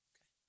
Okay